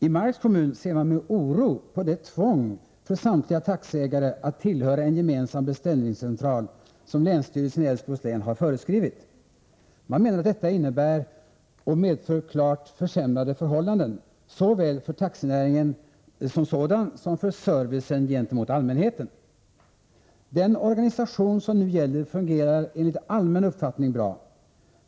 I Marks kommun ser man med oro på det tvång för samtliga taxiägare att tillhöra en gemensam beställningscentral som länsstyrelsen i Älvsborgs län har föreskrivit. Man menar att detta tvång medför klart försämrade förhållanden, såväl för taxinäringen som sådan som för servicen gentemot allmänheten. Den organisation som nu gäller fungerar enligt allmän uppfattning bra.